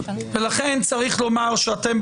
נעבור להסתייגות 181. לכן צריך לומר שאתם,